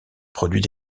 produits